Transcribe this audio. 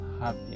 happy